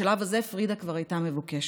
בשלב הזה פרידה כבר הייתה מבוקשת.